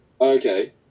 okay